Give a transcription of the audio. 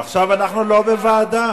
עכשיו אנחנו לא בוועדה.